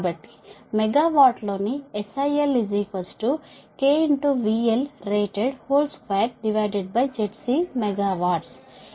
కాబట్టి మెగావాట్లోని SIL kVLrated2ZCMW